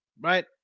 right